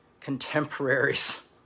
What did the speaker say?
contemporaries